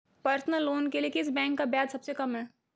Personal loan के लिए किस बैंक का ब्याज सबसे कम है?